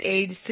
86 25